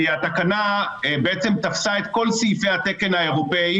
כי התקנה בעצם תפסה את כל סעיפי התקן האירופאי